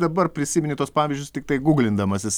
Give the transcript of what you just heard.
dabar prisimeni tuos pavyzdžius tiktai guglindamasis